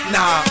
Nah